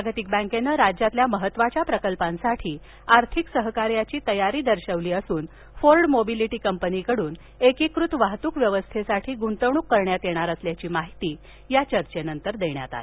जागतिक बैंकेनं राज्यातल्या महत्त्वाच्या प्रकल्पांसाठी आर्थिक सहकार्याची तयारी दर्शविली असून फोर्ड मोबिलिटी कंपनीकडून एकीकृत वाहतूक व्यवस्थेसाठी गुंतवणूक करण्यात येणार असल्याची माहिती या चर्चेनंतर देण्यात आली